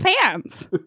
pants